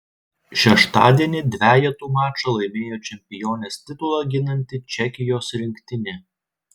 šeštadienį dvejetų mačą laimėjo čempionės titulą ginanti čekijos rinktinė